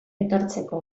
etortzeko